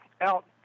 out